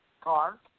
car